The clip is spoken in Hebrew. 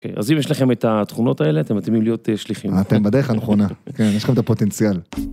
אז אם יש לכם את התכונות האלה, אתם מתאימים להיות שליחים. אתם בדרך הנכונה. יש לכם את הפוטנציאל.